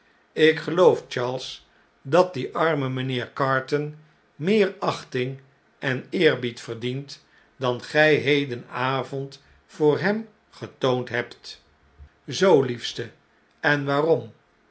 ik geloof charles dat die arme mjjnheer carton meer achting en eerbied verdient dan gjj hedenavond voor hem getoond hebt zoo liefste en waarom